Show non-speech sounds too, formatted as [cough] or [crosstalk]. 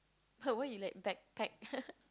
but why you like backpack [laughs]